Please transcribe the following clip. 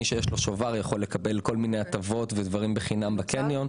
מי שיש לו שובר יכול לקבל כל מיני הטבות ודברים בחינם בקניון.